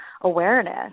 awareness